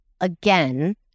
again